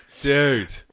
Dude